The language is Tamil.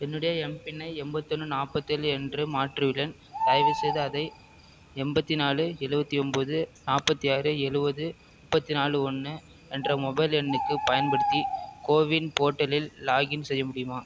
என்னுடைய எம் பின்னை எண்பத்தொண்ணு நாற்பத்தேழு என்று மாற்றியுள்ளேன் தயவுசெய்து அதை எண்பத்தி நாலு எழுபத்தி ஒம்போது நாற்பத்தி ஆறு எழுபது முப்பத்தி நாலு ஒன்று என்ற மொபைல் எண்ணுக்கு பயன்படுத்தி கோவின் போர்ட்டலில் லாக்இன் செய்ய முடியுமா